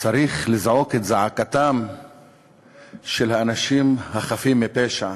צריך לזהות את זעקתם של האנשים החפים מפשע,